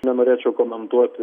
nenorėčiau komentuoti